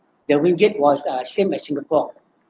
the ringgit was uh same as singapore